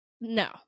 No